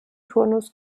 turnus